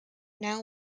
now